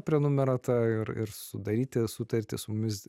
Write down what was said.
prenumerata ir ir sudaryti sutartį su mumis